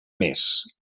més